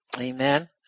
Amen